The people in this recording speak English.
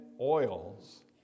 oils